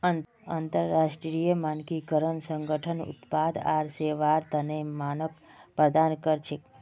अंतरराष्ट्रीय मानकीकरण संगठन उत्पाद आर सेवार तने मानक प्रदान कर छेक